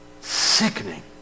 Sickening